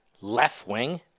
left-wing